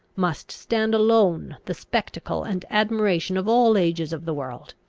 must stand alone the spectacle and admiration of all ages of the world.